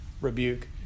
rebuke